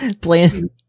playing